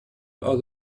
are